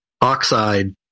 oxide